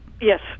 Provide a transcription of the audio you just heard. Yes